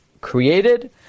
created